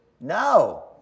No